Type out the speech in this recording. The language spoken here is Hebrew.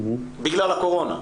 בגלל הקורונה.